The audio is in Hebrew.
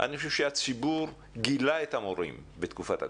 אני חושב שהציבור גילה את המורים בתקופת הקורונה.